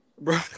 Bro